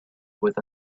with